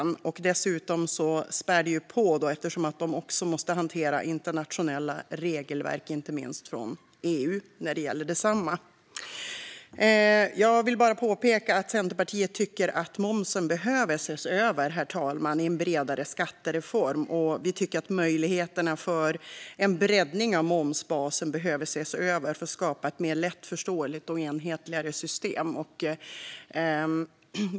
Något som spär på detta är att de måste hantera internationella regelverk, inte minst från EU, när det gäller detsamma. Jag vill påpeka att Centerpartiet tycker att momsen behöver ses över i en bredare skattereform. Vi tycker att möjligheterna för en breddning av momsbasen behöver ses över för att skapa ett mer lättförståeligt och enhetligt system.